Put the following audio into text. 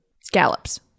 scallops